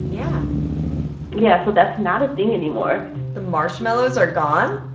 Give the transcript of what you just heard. yeah yeah. so that's not a thing anymore the marshmallows are gone?